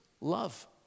Love